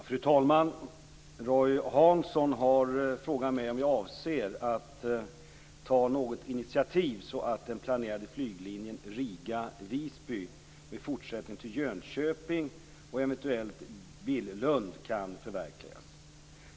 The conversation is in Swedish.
Fru talman! Roy Hansson har frågat mig om jag avser att ta något initiativ så att den planerade flyglinjen Riga-Visby med fortsättning till Jönköping och eventuellt Billund kan förverkligas.